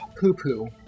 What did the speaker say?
poo-poo